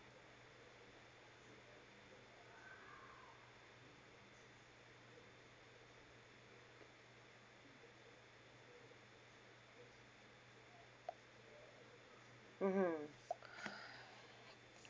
mmhmm